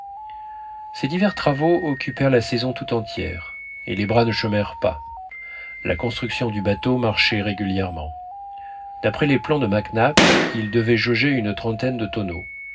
ces divers travaux occupèrent la saison tout entière et les bras ne chômèrent pas la construction du bateau marchait régulièrement d'après les plans de mac nap il devait jauger une trentaine de tonneaux